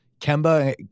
Kemba